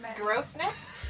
grossness